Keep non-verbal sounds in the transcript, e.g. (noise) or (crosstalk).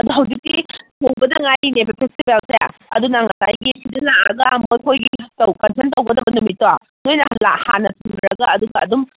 ꯑꯗꯣ ꯍꯧꯖꯤꯛꯀꯤ ꯍꯧꯕꯗ ꯉꯥꯏꯔꯤꯅꯦꯕ ꯐꯦꯁꯇꯤꯕꯦꯜꯁꯦ ꯑꯗꯨꯅ ꯉꯁꯥꯏꯒꯤ ꯁꯤꯗ ꯂꯥꯑꯒ ꯃꯈꯣꯏꯒꯤ ꯀꯟꯁꯔ꯭ꯟ ꯇꯧꯒꯗꯕ ꯅꯨꯃꯤꯠꯇꯣ ꯃꯣꯏꯅ ꯍꯥꯟꯅ (unintelligible) ꯑꯗꯨꯒ ꯑꯗꯨꯝ